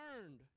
learned